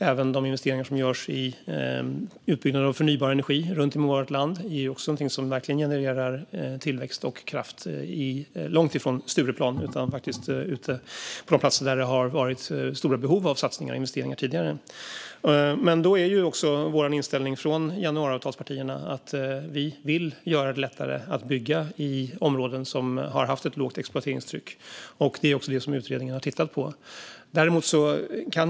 Även de investeringar som görs i utbyggnad av förnybar energi runt om i vårt land är någonting som verkligen genererar tillväxt och kraft långt ifrån Stureplan, ute på de platser där det har funnits stora behov av satsningar och investeringar tidigare. Då är också inställningen från januariavtalspartierna att vi vill göra det lättare att bygga i områden som haft ett lågt exploateringstryck. Det är också det som utredningen har tittat på.